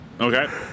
Okay